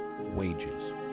wages